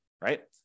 right